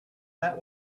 that